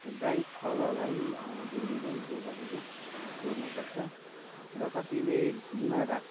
त्यो गाई थलालाई डेली नै गोबरहरू सोहोर्नुपर्छ र कतिले भुँइमा राख्छ